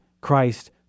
Christ